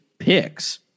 picks